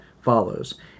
follows